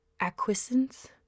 acquiescence